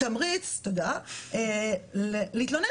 תמריץ להתלונן,